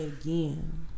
again